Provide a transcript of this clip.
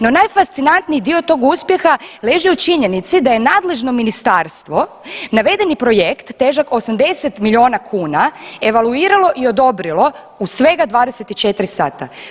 No, najfascinantniji dio tog uspjeha leži u činjenici da je nadležno ministarstvo navedeni projekt težak 80 miliona kuna evaluiralo i odobrilo u svega 24 sata.